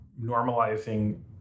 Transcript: normalizing